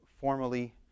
formally